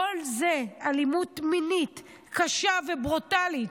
כל זה באלימות מינית קשה וברוטלית,